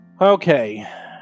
Okay